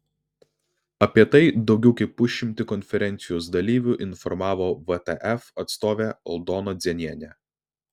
apie tai daugiau kaip pusšimtį konferencijos dalyvių informavo vtf atstovė aldona dzienienė